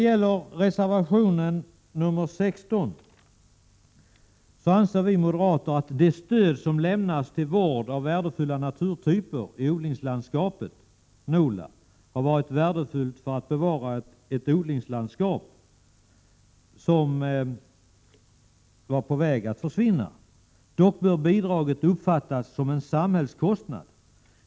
I reservation 16 anför vi moderater att det stöd som lämnas till vård av värdefulla naturtyper i odlingslandskapet, NOLA, har varit värdefullt för att bevara ett odlingslandskap som var på väg att försvinna. Vi anser dock att bidraget bör uppfattas som en samhällskostnad.